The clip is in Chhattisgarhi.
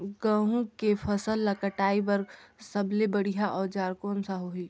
गहूं के फसल ला कटाई बार सबले बढ़िया औजार कोन सा होही?